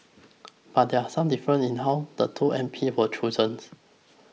but there are some differences in how the two M P were chosen